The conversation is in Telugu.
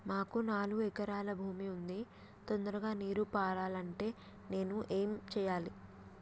మాకు నాలుగు ఎకరాల భూమి ఉంది, తొందరగా నీరు పారాలంటే నేను ఏం చెయ్యాలే?